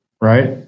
right